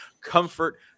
comfort